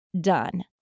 done